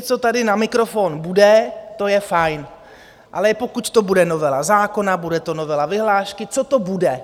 Říct tady na mikrofon bude, to je fajn, ale bude to novela zákona, bude to novela vyhlášky, co to bude?